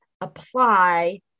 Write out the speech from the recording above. apply